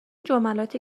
جملاتی